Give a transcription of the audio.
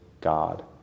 God